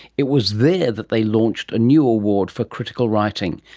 it was there that they launched a new award for critical writing,